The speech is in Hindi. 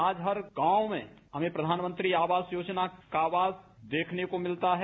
आज हर गांव में हमें प्रधानमंत्री आवास योजना का आवास देखने को मिलता है